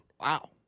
Wow